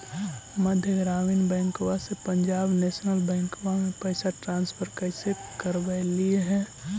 मध्य ग्रामीण बैंकवा से पंजाब नेशनल बैंकवा मे पैसवा ट्रांसफर कैसे करवैलीऐ हे?